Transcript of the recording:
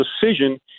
decision